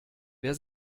wer